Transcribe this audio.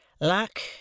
Luck